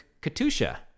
Katusha